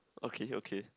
okay okay